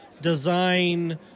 design